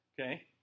Okay